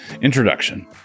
Introduction